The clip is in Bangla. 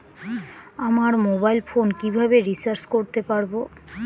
আমার মোবাইল ফোন কিভাবে রিচার্জ করতে পারব?